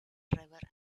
driver